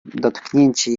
dotknięcie